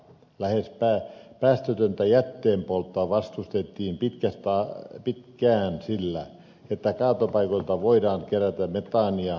lähes päästötöntä jätteenpolttoa vastustettiin pitkään sillä että kaatopaikoilta voidaan kerätä metaania polttoaineeksi